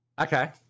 Okay